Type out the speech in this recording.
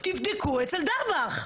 תבדקו אצל דבאח.